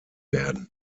werden